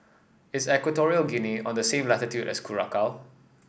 is Equatorial Guinea on the same latitude as Curacao